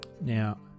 Now